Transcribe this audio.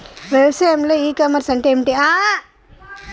వ్యవసాయంలో e commerce అంటే ఏమిటి?